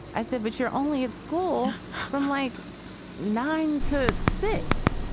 i said, but you're only at school from like nine to six.